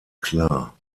klar